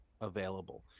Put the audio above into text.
available